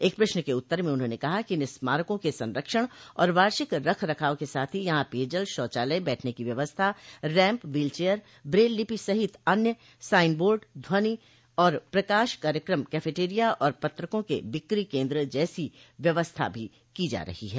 एक प्रश्न के उत्तर में उन्होंने कहा कि इन स्मारकों के संरक्षण और वार्षिक रख रखाव के साथ ही यहां पेयजल शौचालय बैठने की व्यवस्था रैम्प व्हील चेयर ब्रेल लिपि सहित अन्य साइन बोर्ड ध्वनि और प्रकाश कार्यक्रम कैफेटेरिया और पत्रकों के बिक्री केन्द्र जैसी व्यवस्था भी की जा रही है